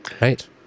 right